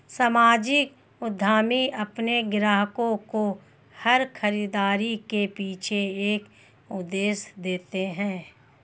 सामाजिक उद्यमी अपने ग्राहकों को हर खरीदारी के पीछे एक उद्देश्य देते हैं